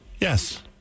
Yes